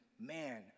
man